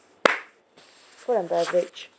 food and beverage